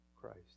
Christ